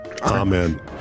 Amen